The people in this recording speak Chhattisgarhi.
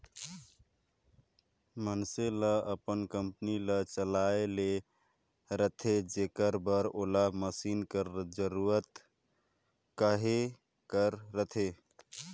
मइनसे ल अपन कंपनी ल चलाए ले रहथे जेकर बर ओला मसीन कर जरूरत कहे कर रहथे